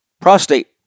prostate